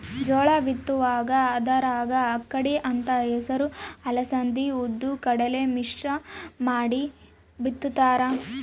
ಜೋಳ ಬಿತ್ತುವಾಗ ಅದರಾಗ ಅಕ್ಕಡಿ ಅಂತ ಹೆಸರು ಅಲಸಂದಿ ಉದ್ದು ಕಡಲೆ ಮಿಶ್ರ ಮಾಡಿ ಬಿತ್ತುತ್ತಾರ